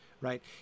Right